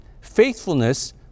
faithfulness